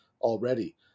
already